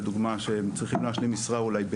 לדוגמא שהם צריכים להשלים משרה אולי,